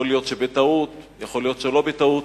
יכול להיות שבטעות, יכול להיות שלא בטעות,